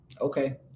okay